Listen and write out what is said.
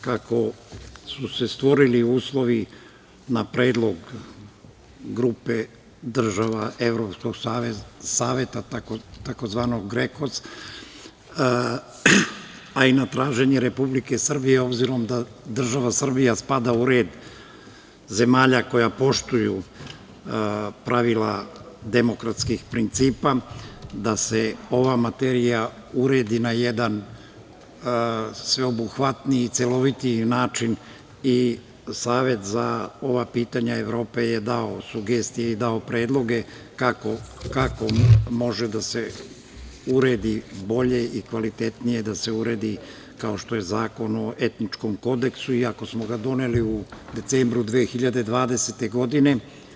Kako su se stvorili uslovi na predlog grupe država Evropskog saveta, tzv. GREKOS, pa i na traženje Republike Srbije, obzirom da država Srbija spada u red zemalja koje poštuju pravila demokratskih principa, da se ova materija uredi na jedan sveobuhvatniji i celovitiji način i savet za ova pitanja Evrope je dao sugestije i dao predloge kako može da se uredi bolje i kvalitetnije, kao što je Zakon o etičkom kodeksu, iako smo ga doneli u decembru 2020. godine.